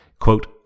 quote